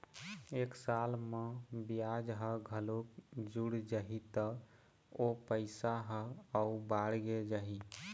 एक साल म बियाज ह घलोक जुड़ जाही त ओ पइसा ह अउ बाड़गे जाही